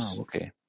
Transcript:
okay